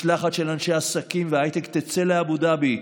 משלחת של אנשי עסקים והייטק תצא לאבו דאבי.